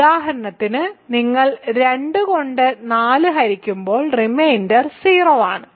ഉദാഹരണത്തിന് നിങ്ങൾ 2 കൊണ്ട് 4 ഹരിക്കുമ്പോൾ റിമൈൻഡർ 0 ആണ്